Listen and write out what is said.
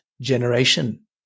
generation